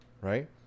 right